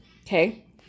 okay